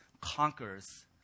conquers